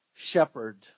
shepherd